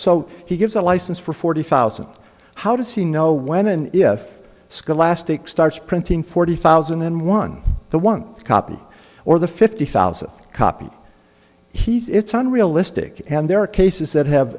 so he gives a license for forty thousand how does he know when and if scholastic starts printing forty thousand and one the one copy or the fifty thousand copies he's it's unrealistic and there are cases that have